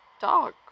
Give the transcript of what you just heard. talk